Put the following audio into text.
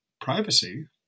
privacy